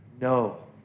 no